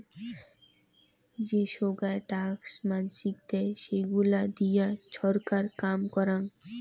যে সোগায় ট্যাক্স মানসি দেয়, সেইগুলা দিয়ে ছরকার কাম করং